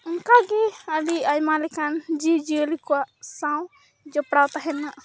ᱚᱱᱠᱟᱜᱮ ᱟᱰᱤ ᱟᱭᱢᱟ ᱞᱮᱠᱟᱱ ᱡᱤᱵᱽᱡᱤᱭᱟᱹᱞᱤ ᱠᱚᱣᱟᱜ ᱥᱟᱶ ᱡᱚᱯᱲᱟᱣ ᱛᱟᱦᱮᱱᱟ